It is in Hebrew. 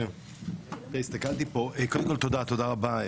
תודה רבה,